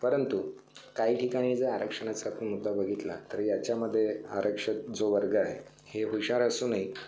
परंतु काही ठिकाणी जर आरक्षणाचा आपण मुद्दा बघितला तर याच्यामध्ये आरक्षित जो वर्ग आहे हे हुशार असूनही